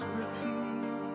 repeat